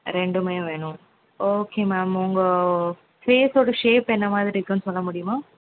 ரெண்டுமே வேணும் okay ma'am உங்கள் ஃபேஸ்ஸோடய ஷேப் என்ன மாதிரி இருக்குதுனு சொல்ல முடியுமா